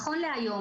נכון להיום,